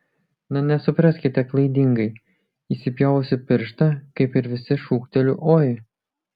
na nesupraskite klaidingai įsipjovusi pirštą kaip ir visi šūkteliu oi